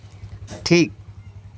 ᱴᱷᱤᱠ